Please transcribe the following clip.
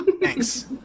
Thanks